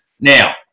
Now